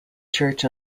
church